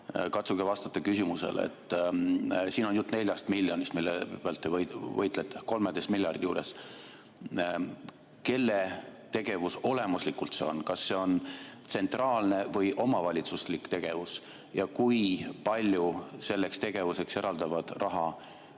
Katsuge vastata küsimusele. Siin on jutt 4 miljonist, mille pärast te võitlete, 13 miljardi juures. Kelle tegevus see olemuslikult on: kas see on tsentraalne või omavalitsuslik tegevus? Kui palju selleks tegevuseks eraldavad raha